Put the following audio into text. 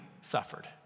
suffered